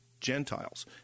Gentiles